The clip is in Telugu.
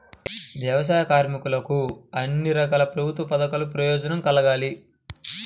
వ్యవసాయ కార్మికులకు అన్ని రకాల ప్రభుత్వ పథకాల ప్రయోజనం కలగాలి